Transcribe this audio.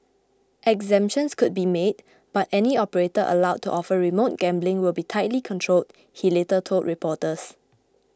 exemptions could be made but any operator allowed to offer remote gambling will be tightly controlled he later told reporters